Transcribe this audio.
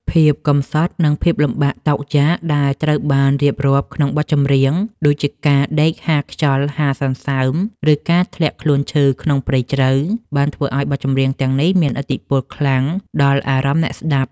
ភាពកំសត់ និងភាពលំបាកតោកយ៉ាកដែលត្រូវបានរៀបរាប់ក្នុងបទចម្រៀង ដូចជាការដេកហាលខ្យល់ហាលសន្សើម ឬការធ្លាក់ខ្លួនឈឺក្នុងព្រៃជ្រៅ បានធ្វើឱ្យបទចម្រៀងទាំងនេះមានឥទ្ធិពលខ្លាំងដល់អារម្មណ៍អ្នកស្ដាប់។